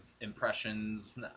impressions